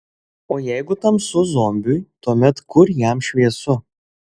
o jeigu tamsu zombiui tuomet kur jam šviesu